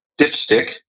dipstick